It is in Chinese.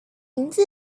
名字